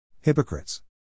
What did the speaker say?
Hypocrites